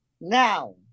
Now